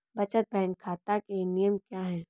बचत बैंक खाता के नियम क्या हैं?